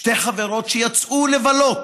שתי חברות שיצאו לבלות,